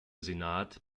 senat